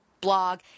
blog